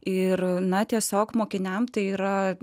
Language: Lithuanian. ir na tiesiog mokiniams tai yra